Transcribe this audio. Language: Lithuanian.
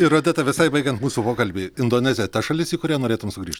ir odeta visai baigiant mūsų pokalbį indonezija ta šalis į kurią norėtum sugrįžt